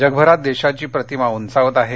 जगभरात देशाची प्रतिमा उंचावत आहे